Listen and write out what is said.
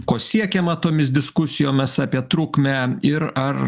ko siekiama tomis diskusijomis apie trukmę ir ar